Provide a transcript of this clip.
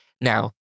Now